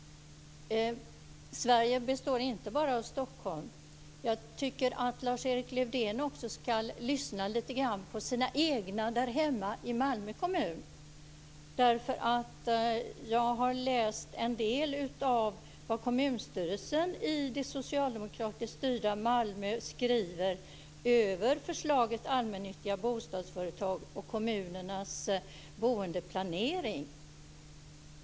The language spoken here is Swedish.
Sverige består alltså inte bara av Stockholm. Jag tycker att Lars-Erik Lövdén också ska lyssna lite grann på sina partikamrater i Malmö kommun. Jag har läst en del av det som kommunstyrelsen i det socialdemokratiskt styrda Malmö skriver om förslaget om allmännyttiga bostadsföretag och kommunernas boendeplanering.